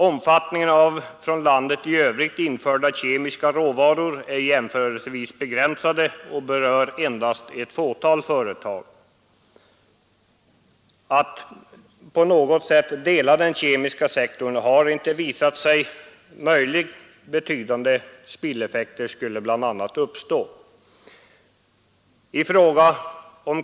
Omfattningen av från landet i övrigt införda kemiska råvaror är jämförelsevis begränsad och berör endast ett fåtal företag. Att på något sätt dela den kemiska sektorn har inte visat sig möjligt — betydande spilleffekter skulle bl.a. uppstå.